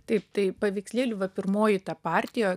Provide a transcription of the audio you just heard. taip tai paveikslėlių va pirmoji ta partija